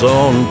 on